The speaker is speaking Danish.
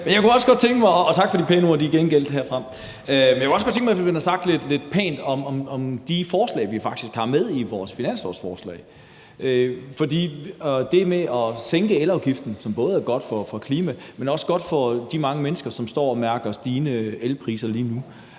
der skal noget til. Tak for de pæne ord; de er gengældt herfra. Men jeg kunne også godt tænke mig, at man havde sagt noget lidt pænt om de forslag, vi faktisk har med i vores finanslovsforslag. For i forhold til det med at sænke elafgiften, hvilket både er godt for klimaet, men også godt for de mange mennesker, som står og mærker stigende elpriser lige nu,